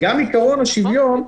עיקרון השוויון,